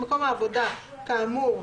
"עובדים", תלכו עובדים.